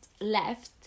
left